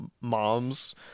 moms